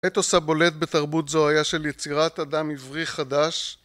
האתוס הבולט בתרבות זו היה של יצירת אדם עברי חדש